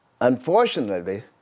Unfortunately